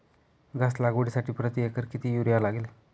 घास लागवडीसाठी प्रति एकर किती युरिया लागेल?